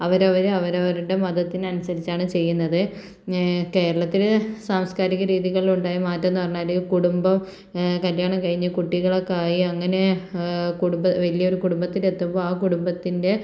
അവരവർ അവരവരുടെ മതത്തിനനുസരിച്ചാണ് ചെയ്യുന്നത് കേരളത്തിൽ സാംസ്കാരിക രീതികളിലുണ്ടായ മാറ്റം എന്ന് പറഞ്ഞാൽ കുടുംബം കല്യാണം കഴിഞ്ഞ് കുട്ടികളൊക്കെ ആയി അങ്ങനെ കുടുംബ വലിയൊരു കുടുംബത്തിലെത്തുമ്പോൾ ആ കുടുംബത്തിൻ്റെ